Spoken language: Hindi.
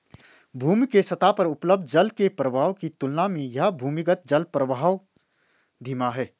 भूमि के सतह पर उपलब्ध जल के प्रवाह की तुलना में यह भूमिगत जलप्रवाह धीमा है